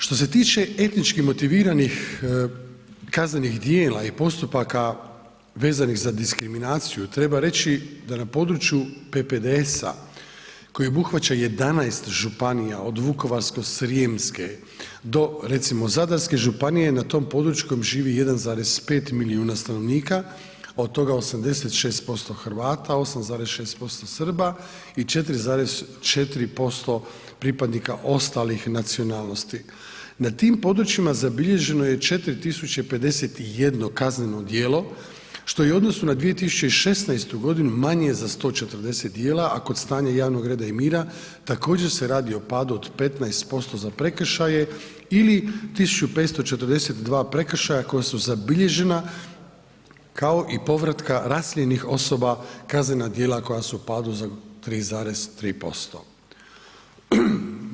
Što se tiče etničkih motiviranih kaznenih dijela i postupaka vezanih za diskriminaciju, treba reći da na području PPDS-a koji obuhvaća 11 županija, od Vukovarsko-srijemske do recimo Zadarske županije na tom području na kojem živi 1,5 milijuna stanovnika, od toga 86% Hrvata, 8,6% Srba i 4,4% pripadnika ostalih nacionalnosti, na tim područjima zabilježeno je 4 tisuće 51 kazneno djelo, što je u odnosu na 2016. godinu manje za 140 dijela, a kod stanje javnog red i mira također se radi od padu od 15% za prekršaje ili 1542 prekršaja koja su zabilježena kao i povratka raseljenih osoba kaznena dijela koja su u padu za 3,3%